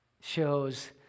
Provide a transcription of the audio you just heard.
shows